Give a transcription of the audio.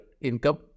income